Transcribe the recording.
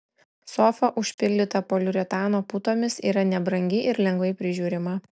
sofa užpildyta poliuretano putomis yra nebrangi ir lengvai prižiūrima